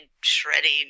shredding